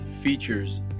features